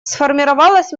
сформировалась